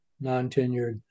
non-tenured